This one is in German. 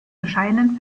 bescheidenen